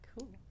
Cool